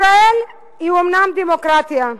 ישראל היא אומנם דמוקרטיה,